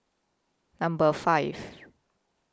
Number five